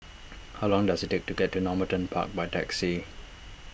how long does it take to get to Normanton Park by taxi